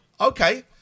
Okay